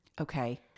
okay